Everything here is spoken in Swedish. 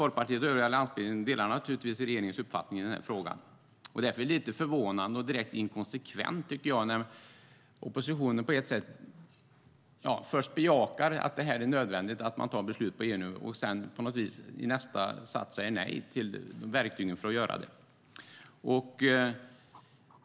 Folkpartiet och övriga allianspartier delar naturligtvis regeringens uppfattning i den här frågan. Det är lite förvånande och direkt inkonsekvent när oppositionen först bejakar att det är nödvändigt att man tar beslut på EU-nivå och sedan i nästa sats säger nej till verktygen för att göra det.